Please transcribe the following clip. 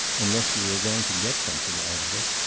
unless we are going to get something out of it.